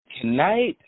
Tonight